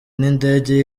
n’indege